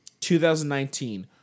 2019